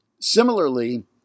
Similarly